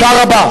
תודה רבה.